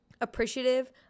appreciative